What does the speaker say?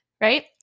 right